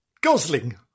Gosling